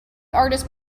artist